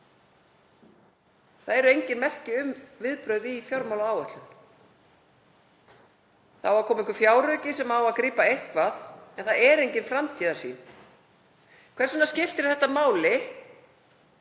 Það eru engin merki um viðbrögð í fjármálaáætlun. Hér á að koma einhver fjárauki sem á að grípa eitthvað en það er engin framtíðarsýn. Hvers vegna skiptir þetta máli?